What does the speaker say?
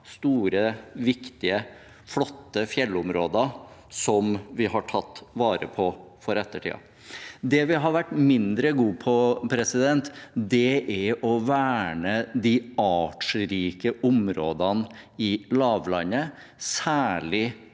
store, viktige og flotte fjellområder som vi har tatt vare på for ettertiden. Det vi har vært mindre gode på, er å verne de artsrike områdene i lavlandet, særlig